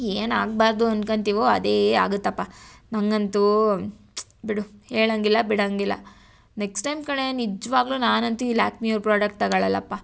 ಏನಾಗಬಾರ್ದು ಅಂದ್ಕೊಂತಿವೋ ಅದೇ ಆಗುತ್ತಪ್ಪ ನನಗಂತೂ ಬಿಡು ಹೇಳೊಂಗಿಲ್ಲ ಬಿಡೊಂಗಿಲ್ಲ ನೆಕ್ಸ್ಟ್ ಟೈಮ್ ಕಣೆ ನಿಜವಾಗ್ಲು ನಾನಂತು ಈ ಲ್ಯಾಕ್ಮಿಯವ್ರ ಪ್ರೊಡಕ್ಟ್ ತಗೊಳ್ಳಲ್ಲಪ್ಪ